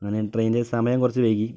അങ്ങനെ ട്രെയിനിൻ്റെ സമയം കുറച്ച് വൈകി